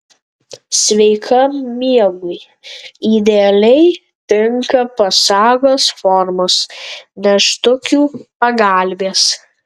sveikam miegui idealiai tinka pasagos formos nėštukių pagalvės